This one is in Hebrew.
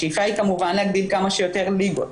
השאיפה היא כמובן להגדיל כמה שיותר ליגות,